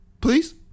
Please